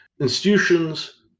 institutions